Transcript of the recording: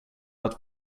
att